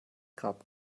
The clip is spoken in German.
grab